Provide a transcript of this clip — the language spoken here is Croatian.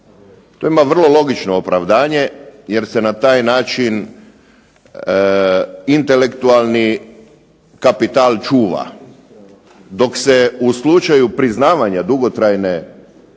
To ima vrlo logično opravdanje jer se na taj način intelektualni kapital čuva, dok se u slučaju priznavanja dugotrajne